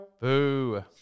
Boo